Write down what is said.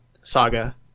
saga